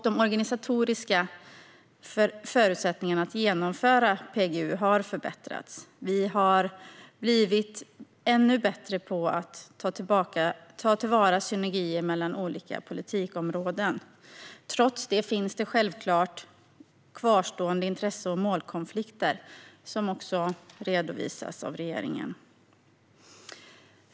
De organisatoriska förutsättningarna för att genomföra PGU har också förbättrats. Vi har blivit ännu bättre på att ta till vara synergier mellan olika politikområden. Trots det finns det självklart kvarstående intresse och målkonflikter, som också redovisas av regeringen.